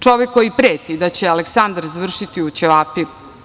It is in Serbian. Čovek koji preti da će Aleksandar završiti u ćevapima.